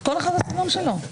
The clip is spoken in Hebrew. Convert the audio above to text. כל אחד והדברים שלו.